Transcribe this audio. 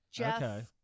Okay